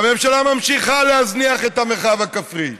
והממשלה ממשיכה להזניח את המרחב הכפרי.